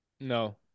No